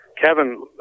Kevin